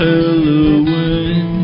Halloween